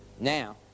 Now